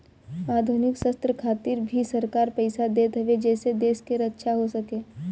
आधुनिक शस्त्र खातिर भी सरकार पईसा देत हवे जेसे देश के रक्षा हो सके